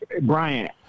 Brian